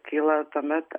kyla tuomet